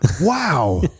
wow